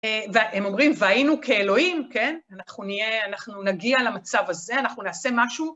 והם אומרים והיינו כאלוהים, כן, אנחנו נהיה, אנחנו נגיע למצב הזה, אנחנו נעשה משהו...